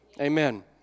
Amen